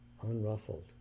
unruffled